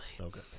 Okay